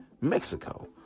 Mexico